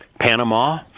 Panama